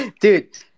dude